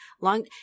long